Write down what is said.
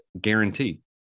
guaranteed